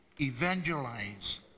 evangelize